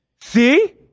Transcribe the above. See